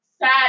sad